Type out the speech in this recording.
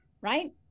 right